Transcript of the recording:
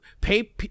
pay